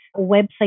website